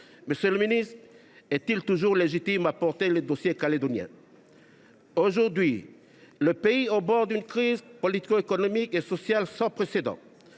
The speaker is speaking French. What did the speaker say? des outre mer est il toujours légitime à porter le dossier calédonien ? Aujourd’hui, le pays est au bord d’une crise politico économique et sociale sans précédent.